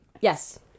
yes